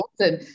awesome